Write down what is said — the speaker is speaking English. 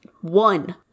One